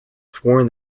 sworn